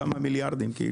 כמה מיליארדים?